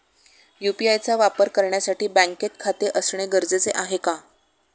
UPI चा वापर करण्यासाठी बँकेत खाते असणे गरजेचे आहे का?